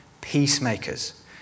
peacemakers